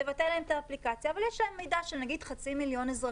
תבטל להם את האפליקציה אבל יש להם מידע של נניח ½ מיליון אזרחים.